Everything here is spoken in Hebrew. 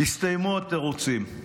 הסתיימו התירוצים,